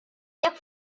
jekk